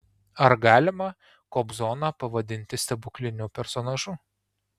ar galima kobzoną pavadinti stebukliniu personažu